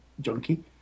junkie